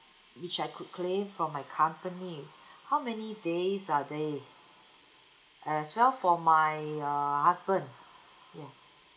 which I could claim from my company how many days are they as well for my err husband